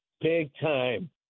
big-time